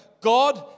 God